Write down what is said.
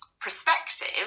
perspective